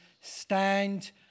stand